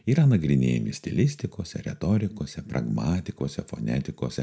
yra nagrinėjami stilistikose retorikose pragmatikose fonetikose